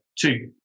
two